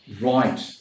right